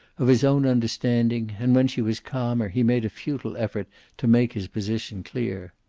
of his own understanding, and when she was calmer he made a futile effort to make his position clear.